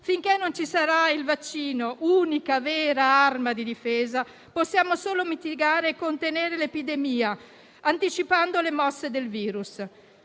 Finché non ci sarà il vaccino, unica vera arma di difesa, possiamo solo mitigare e contenere l'epidemia anticipando le mosse del virus.